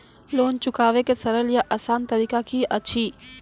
Loan चुकाबै के सरल या आसान तरीका की अछि?